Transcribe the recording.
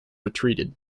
retreated